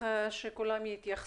הכללי.